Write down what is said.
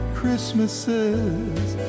Christmases